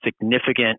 significant